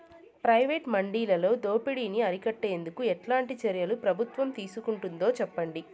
Private మండీలలో దోపిడీ ని అరికట్టేందుకు ఎట్లాంటి చర్యలు ప్రభుత్వం తీసుకుంటుందో చెప్పండి?